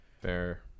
Fair